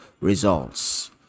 results